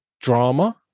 drama